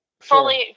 fully